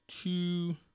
two